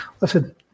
Listen